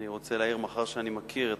אני רוצה להעיר, מאחר שאני מכיר את